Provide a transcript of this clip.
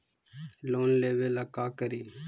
Loan लेबे ला का करि?